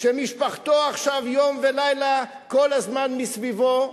שמשפחתו עכשיו יום ולילה כל הזמן מסביבו,